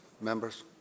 members